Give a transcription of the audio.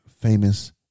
famous